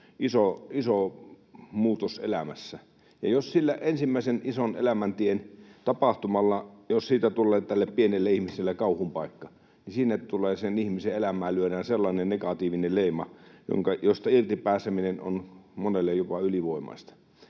iso muutos elämässä. Ja jos siitä ensimmäisestä isosta elämäntien tapahtumasta tulee tälle pienelle ihmiselle kauhun paikka, niin sen ihmisen elämään lyödään sellainen negatiivinen leima, josta irti pääseminen on monelle jopa ylivoimaista.